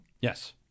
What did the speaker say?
Yes